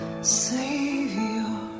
Savior